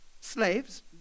Slaves